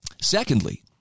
Secondly